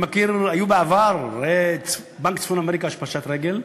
בעבר, בנק צפון-אמריקה פשט רגל,